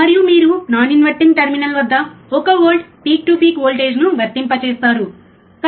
మరియు మీరు non inverting terminal వద్ద 1 వోల్ట్ పిక్ టు పిక్ వోల్టేజ్ను వర్తింపజేసారు